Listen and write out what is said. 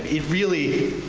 it really,